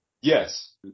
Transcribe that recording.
Yes